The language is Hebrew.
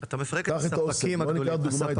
אתה מפרק את הספקים הגדולים.